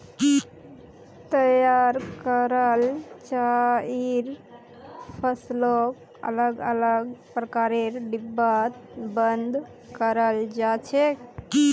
तैयार कराल चाइर फसलक अलग अलग प्रकारेर डिब्बात बंद कराल जा छेक